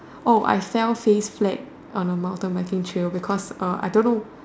oh I fell face flat on a mountain biking trail because uh I don't know